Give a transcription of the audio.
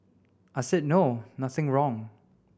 I said no nothing wrong